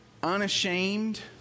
unashamed